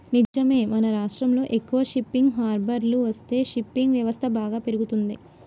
నిజమే మన రాష్ట్రంలో ఎక్కువ షిప్పింగ్ హార్బర్లు వస్తే ఫిషింగ్ వ్యవస్థ బాగా పెరుగుతంది